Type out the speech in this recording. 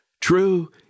True